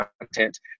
content